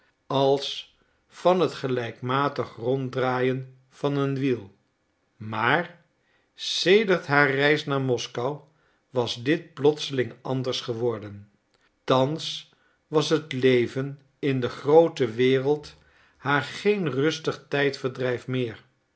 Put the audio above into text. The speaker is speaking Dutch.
als van het gelijkmatig ronddraaien van een wiel maar sedert haar reis naar moskou was dit plotseling anders geworden thans was het leven in de groote wereld haar geen rustig tijdverdrijf meer